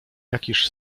jakiż